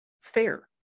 fair